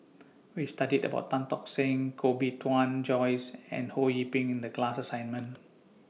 We studied about Tan Tock Seng Koh Bee Tuan Joyce and Ho Yee Ping in The class assignment